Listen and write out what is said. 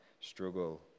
struggle